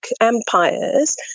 empires